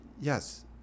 Yes